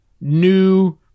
new